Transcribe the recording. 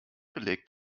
belegt